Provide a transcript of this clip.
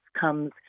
comes